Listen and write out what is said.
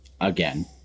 Again